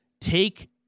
take